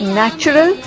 natural